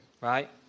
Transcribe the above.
right